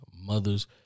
mothers